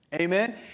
Amen